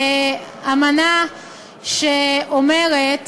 אמנה שאומרת